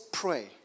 pray